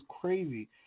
crazy